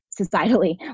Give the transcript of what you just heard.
societally